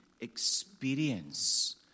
experience